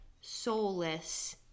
soulless